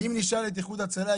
אם נשאל את איחוד הצלה,